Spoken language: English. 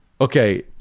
Okay